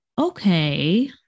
okay